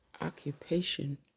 occupation